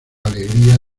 alegría